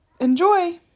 Enjoy